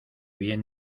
bien